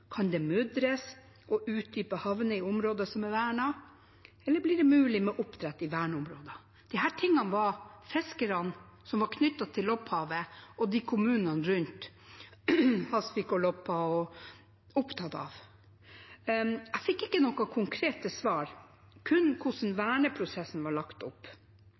Kan det mudres og utdypes havner i området som er vernet? Blir det mulig med oppdrett i verneområdet? Disse tingene var fiskerne som var knyttet til Lopphavet, og kommunene rundt – Hasvik og Loppa – opptatt av. Jeg fikk ikke noen konkrete svar, kun svar på hvordan verneprosessen var lagt opp.